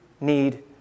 need